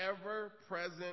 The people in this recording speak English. ever-present